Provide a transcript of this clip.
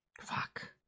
Fuck